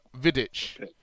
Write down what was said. Vidic